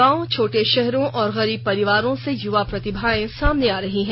गांवों छोटे शहरों और गरीब परिवारों से युवा प्रतिभाएं सामने आ रही हैं